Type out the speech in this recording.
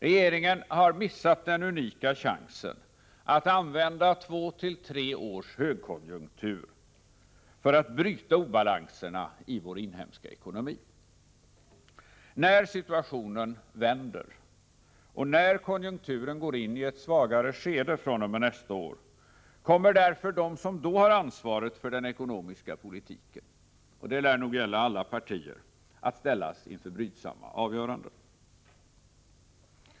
Regeringen har missat den unika chansen att använda två till tre års högkonjunktur för att bryta obalanserna i vår inhemska ekonomi. När situationen vänder och när konjunkturen går in i ett svagare skede fr.o.m. nästa år, kommer därför de som då har ansvaret för den ekonomiska politiken — och det lär nog gälla alla partier — att ställas inför brydsamma avgöranden.